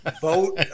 Vote